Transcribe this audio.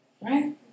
Right